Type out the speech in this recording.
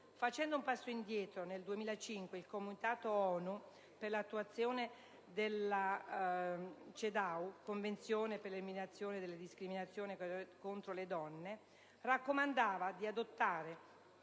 Facendo un passo indietro, nel 2005 il Comitato ONU per l'attuazione della CEDAW (Convenzione per l'eliminazione delle discriminazioni contro le donne) raccomandava di adottare